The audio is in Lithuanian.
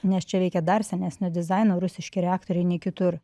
nes čia veikia dar senesnio dizaino rusiški reaktoriai nei kitur